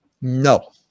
No